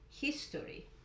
history